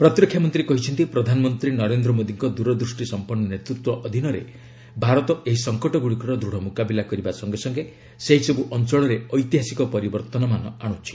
ପ୍ରତିରକ୍ଷା ମନ୍ତ୍ରୀ କହିଛନ୍ତି ପ୍ରଧାନମନ୍ତ୍ରୀ ନରେନ୍ଦ୍ର ମୋଦୀଙ୍କ ଦୂରଦୃଷ୍ଟି ସମ୍ପନ୍ନ ନେତୃତ୍ୱ ଅଧୀନରେ ଭାରତ ଏହି ସଂକଟ ଗୁଡ଼ିକର ଦୃଢ଼ ମୁକାବିଲା କରିବା ସଙ୍ଗେ ସଙ୍ଗେ ସେହିସବୁ ଅଞ୍ଚଳରେ ଐତିହାସିକ ପରିବର୍ତ୍ତନ ମାନ ଆଣୁଛି